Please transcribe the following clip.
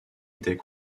était